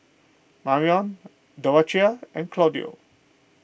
Marrion Dorathea and Claudio